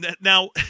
Now